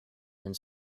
and